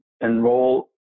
enroll